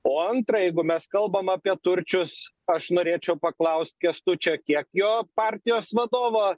o antra jeigu mes kalbam apie turčius aš norėčiau paklaust kęstučio kiek jo partijos vadovo